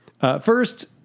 First